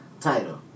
title